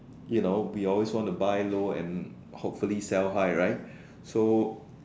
you know we always want to buy low and hopefully sell high right so